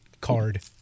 card